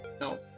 No